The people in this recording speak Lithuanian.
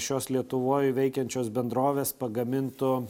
šios lietuvoj veikiančios bendrovės pagamintų